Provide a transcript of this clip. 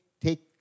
take